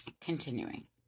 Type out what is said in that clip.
Continuing